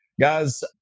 Guys